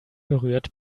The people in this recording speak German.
berührt